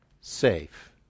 safe